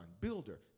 Builder